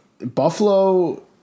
Buffalo